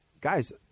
guys